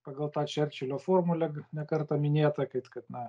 pagal tą čerčilio formulę ne kartą minėtą kad kad na